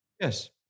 Yes